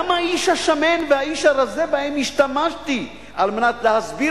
גם האיש השמן והאיש הרזה שבהם השתמשתי על מנת להסביר